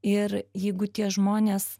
ir jeigu tie žmonės